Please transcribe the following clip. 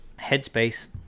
headspace